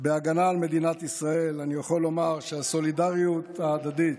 בהגנה על מדינת ישראל אני יכול לומר שהסולידריות ההדדית,